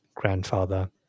grandfather